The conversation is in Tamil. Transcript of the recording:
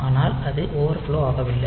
ஆனால் அது ஓவர்ஃப்லோ ஆகவில்லை